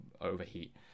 overheat